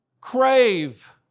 crave